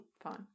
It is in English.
Fine